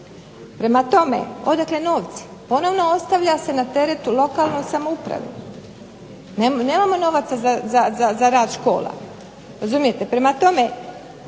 Prema tome, odakle novci, ponovno ostavlja se na teret lokalnoj samoupravi, nemamo novaca za rad škola. Prema tome,